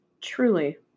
Truly